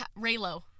Raylo